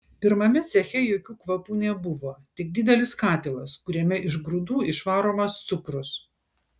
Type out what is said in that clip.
pirmame ceche jokių kvapų nebuvo tik didelis katilas kuriame iš grūdų išvaromas cukrus